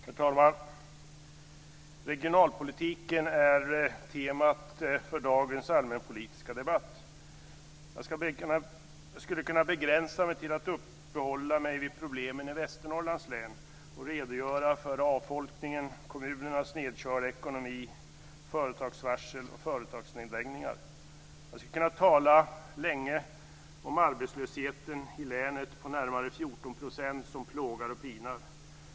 Herr talman! Regionalpolitiken är temat för dagens allmänpolitiska debatt. Jag skulle kunna begränsa mig till att uppehålla mig vid problemen i Västernorrlands län och redogöra för avfolkningen, kommunernas nedkörda ekonomi, företagsvarsel och företagsnedläggningar. Jag skulle kunna tala länge om arbetslösheten i länet på närmare 14 %, som plågar och pinar.